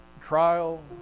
trial